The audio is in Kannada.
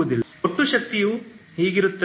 ಒಟ್ಟು ಶಕ್ತಿಯು ಹೀಗಿರುತ್ತದೆ